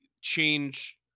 change